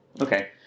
Okay